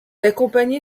accompagné